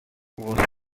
was